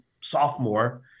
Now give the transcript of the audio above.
sophomore